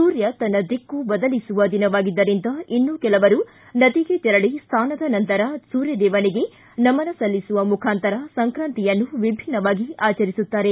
ಸೂರ್ಯ ತನ್ನ ದಿಕ್ಕು ಬದಲಿಸುವ ದಿನವಾಗಿದ್ದರಿಂದ ಇನ್ನು ಕೆಲವರು ನದಿಗೆ ತೆರಳಿ ಸ್ನಾನದ ನಂತರ ಸೂರ್ಯ ದೇವನಿಗೆ ನಮನ ಸಲ್ಲಿಸುವ ಮುಖಾಂತರ ಸಂಕ್ರಾತಿಯನ್ನು ವಿಭಿನ್ನವಾಗಿ ಆಚರಿಸುತ್ತಾರೆ